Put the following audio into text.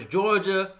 Georgia